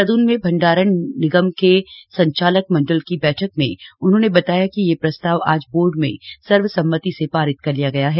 देहरादन में भण्डारण निगम के संचालक मंडल की बैठक में उन्होंने बताया कि यह प्रस्ताव आज बोर्ड में सर्वसम्मति से पारित कर लिया गया है